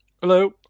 Hello